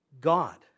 God